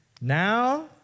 Now